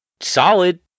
solid